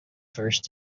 first